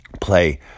play